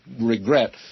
regret